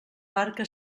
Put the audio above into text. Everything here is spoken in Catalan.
barca